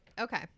Okay